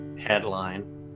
headline